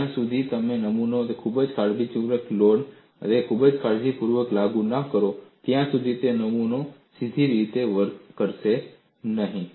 જ્યા સુધી તમે નમૂનાને ખૂબ ખૂબ કાળજીપૂર્વક અને લોડને ખૂબ કાળજીપૂર્વક લાગુ ન કરો ત્યાં સુધી નમૂનો જે રીતે વર્તવું જોઈએ તે રીતે વર્તશે નહીં